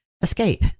escape